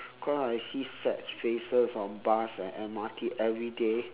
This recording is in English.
cause I see sad faces on bus and M_R_T everyday